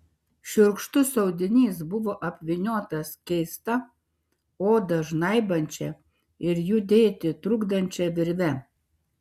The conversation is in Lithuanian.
šiurkštus audinys buvo apvyniotas keista odą žnaibančia ir judėti trukdančia virve